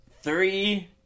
three